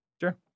sure